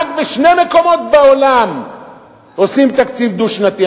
רק בשני מקומות בעולם עושים תקציב דו-שנתי.